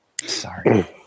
sorry